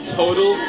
total